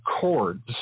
chords